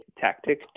tactic